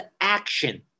action